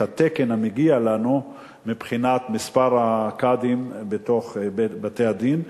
את התקן המגיע לנו מבחינת מספר הקאדים בתוך בתי-הדין,